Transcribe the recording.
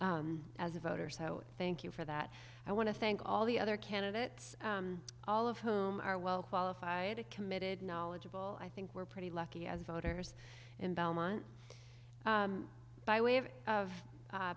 as a voter so thank you for that i want to thank all the other candidates all of whom are well qualified and committed knowledgeable i think we're pretty lucky as voters in belmont by way of